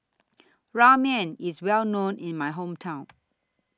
Ramen IS Well known in My Hometown